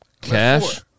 Cash